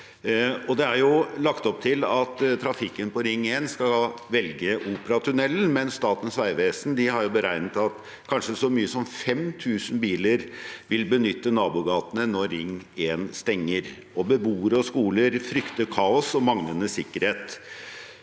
Det er lagt opp til at trafikken på Ring 1 skal velge Operatunnelen, men Statens vegvesen har beregnet at kanskje så mange som 5 000 biler vil benytte nabogatene når Ring 1 stenger. Beboere og skoler frykter kaos og manglende sikkerhet.